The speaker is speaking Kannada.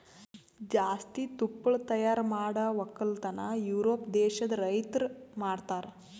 ಜಾಸ್ತಿ ತುಪ್ಪಳ ತೈಯಾರ್ ಮಾಡ್ ಒಕ್ಕಲತನ ಯೂರೋಪ್ ದೇಶದ್ ರೈತುರ್ ಮಾಡ್ತಾರ